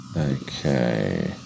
Okay